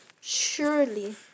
surely